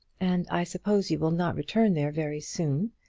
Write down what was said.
and i suppose you will not return there very soon.